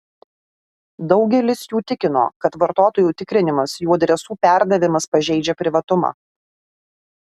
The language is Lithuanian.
daugelis jų tikino kad vartotojų tikrinimas jų adresų perdavimas pažeidžia privatumą